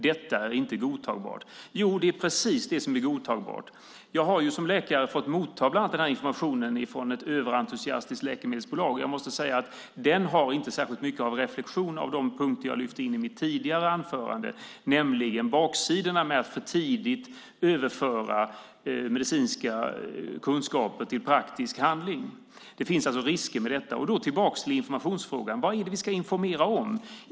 Detta är inte godtagbart." Jo, det är precis det som är godtagbart. Jag har ju som läkare fått motta bland annat den här informationen från ett överentusiastiskt läkemedelsbolag. Jag måste säga att den inte har mycket av reflexion över de punkter jag lyfte fram i mitt tidigare anförande, nämligen baksidorna med att för tidigt överföra medicinska kunskaper till praktisk handling. Det finns alltså risker med detta. Tillbaka till informationsfrågan! Vad är det vi ska informera om?